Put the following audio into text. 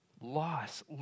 Loss